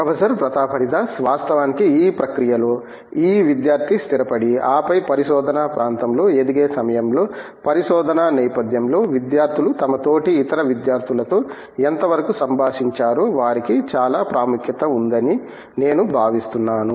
professor Pratap Haridas వాస్తవానికి ఈ ప్రక్రియలో ఈ విద్యార్థి స్థిరపడి ఆపై పరిశోధనా ప్రాంతంలో ఎదిగే సమయంలో పరిశోధనా నేపధ్యంలో విద్యార్థులు తమ తోటి ఇతర విద్యార్థులతో ఎంతవరకు సంభాషించారో వారికి చాలా ప్రాముఖ్యత ఉందని నేను భావిస్తున్నాను